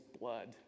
blood